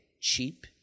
cheap